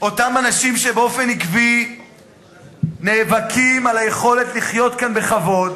אותם אנשים שבאופן עקבי נאבקים על היכולת לחיות כאן בכבוד,